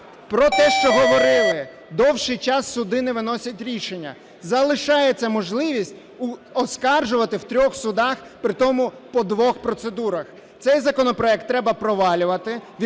Про те, що говорили. Довший час суди не виносять рішення. Залишається можливість оскаржувати в трьох судах, притому по двох процедурах. Цей законопроект треба провалювати,